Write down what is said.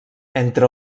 entre